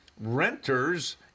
Renters